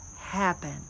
happen